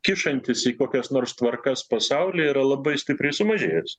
kišantis į kokias nors tvarkas pasaulyje yra labai stipriai sumažėjęs